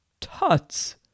Tuts